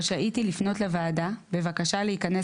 רשאית היא לפנות לוועדה בבקשה להיכנס